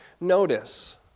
notice